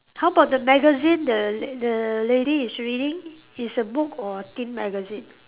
how about the magazine the the lady is reading it's a book or thin magazine